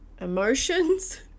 emotions